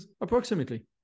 approximately